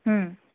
হুম